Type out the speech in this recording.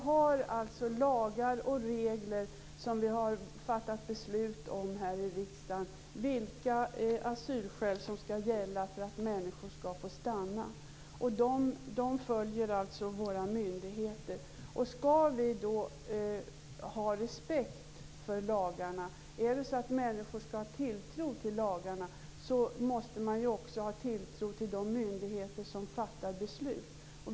Herr talman! Vi har lagar och regler som vi har fattat beslut om här i riksdagen om vilka asylskäl som skall gälla för att människor skall få stanna. De följer våra myndigheterna. Om människor skall ha tilltro till lagarna måste man också ha tilltro till de myndigheter som fattar beslut.